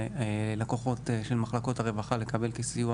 לקוחות של מחלקות הרווחה לקבל כסיוע